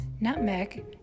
nutmeg